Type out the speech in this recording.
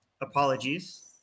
Apologies